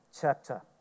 chapter